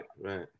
right